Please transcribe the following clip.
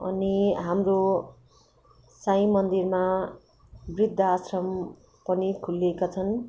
अनि हाम्रो साई मन्दिरमा वृद्धाश्रम पनि खोलिएका छन्